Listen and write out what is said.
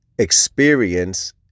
experience